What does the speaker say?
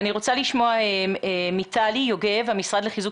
אנחנו נשמע קצת מהגורמים האזרחיים שנרתמים בפער הזה שנוצר בין הצרכים